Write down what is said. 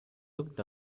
looked